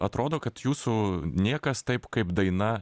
atrodo kad jūsų niekas taip kaip daina